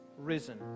risen